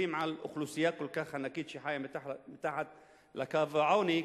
על אוכלוסייה כל כך ענקית שחיה מתחת לקו העוני,